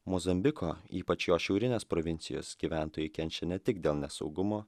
mozambiko ypač jo šiaurinės provincijos gyventojai kenčia ne tik dėl nesaugumo